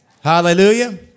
Hallelujah